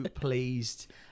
pleased